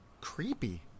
creepy